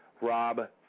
rob